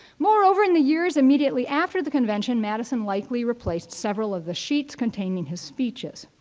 moreover, in the years immediately after the convention, madison likely replaced several of the sheets containing his speeches.